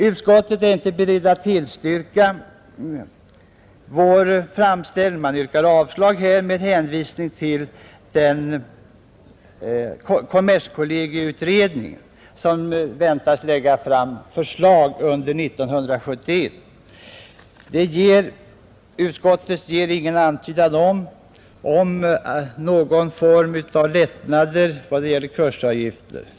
Utskottet är inte berett att tillstyrka vår framställning utan yrkar avslag med hänvisning till den kommerskollegieutredning som väntas lägga fram förslag under 1971. Utskottet ger ingen antydan om någon form av lättnader vad gäller kursavgifter.